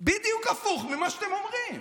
בדיוק הפוך ממה שאתם אומרים.